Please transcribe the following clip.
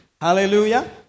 Hallelujah